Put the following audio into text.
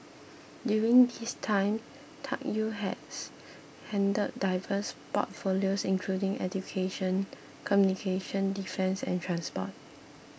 during this time Tuck Yew has handled diverse portfolios including education communications defence and transport